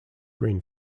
green